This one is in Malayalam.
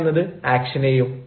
എ എന്നത് ആക്ഷനേയും